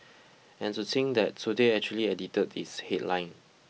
and to think that today actually edited its headline